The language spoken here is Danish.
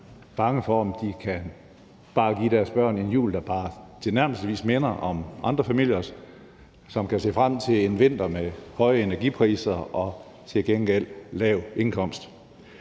bange for, om de kan give deres børn en jul, der bare tilnærmelsesvis minder om andre familiers, og som kan se frem til en vinter med høje energipriser og til gengæld lav indkomst?